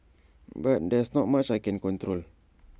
but there's not much I can control